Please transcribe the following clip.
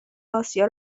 آسیا